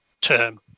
term